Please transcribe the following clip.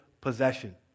possession